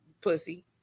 pussy